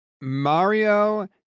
mario